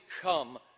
come